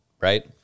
right